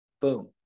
Boom